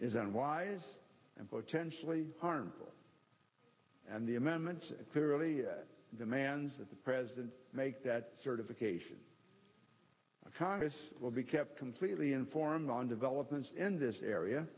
is unwise and potentially harmful and the amendments clearly demands that the president make that certification the congress will be kept completely informed on developments in this area